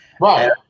Right